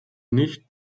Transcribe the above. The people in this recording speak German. nicht